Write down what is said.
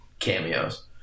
cameos